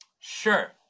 Sure